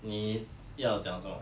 你要讲什么